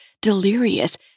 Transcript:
delirious